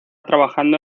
trabajando